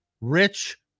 rich